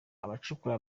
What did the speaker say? abacukura